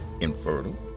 infertile